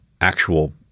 actual